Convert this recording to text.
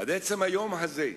עד עצם היום הזה,